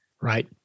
right